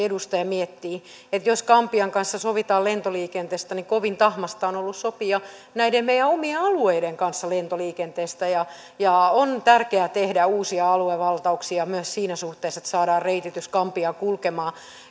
edustava miettii että jos gambian kanssa sovitaan lentoliikenteestä niin kovin tahmaista on ollut sopia näiden meidän omien alueidemme kanssa lentoliikenteestä on tärkeää tehdä uusia aluevaltauksia myös siinä suhteessa että saadaan reititys gambiaan kulkemaan